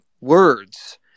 words